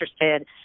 interested